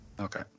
Okay